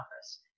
office